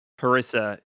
Harissa